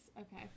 okay